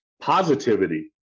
positivity